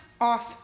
off